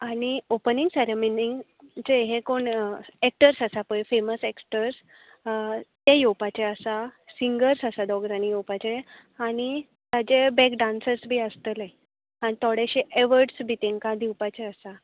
आनी opening ceremony जे हे कोण ऐक्टर्स आसा पय फेमस ऐक्टर्स ते येवपाचें आसा सिंगर आसा दोग जाण येवपाचे आनी ताचे बॅक डान्सर्स बी आसतले थोडेशें एवडर्स बी तेंका दिवपाचें आसात